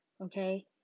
okay